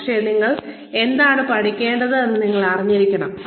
പക്ഷേ നിങ്ങൾ എന്താണ് പഠിക്കേണ്ടതെന്ന് നിങ്ങൾ അറിഞ്ഞിരിക്കണം